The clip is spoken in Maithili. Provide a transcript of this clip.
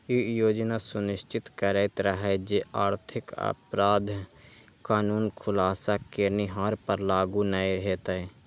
ई योजना सुनिश्चित करैत रहै जे आर्थिक अपराध कानून खुलासा केनिहार पर लागू नै हेतै